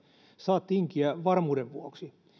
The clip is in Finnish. saa tinkiä varmuuden vuoksi